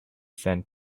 sand